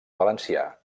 valencià